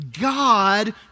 God